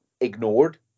ignored